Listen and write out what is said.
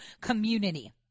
community